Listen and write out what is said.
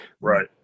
right